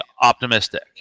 optimistic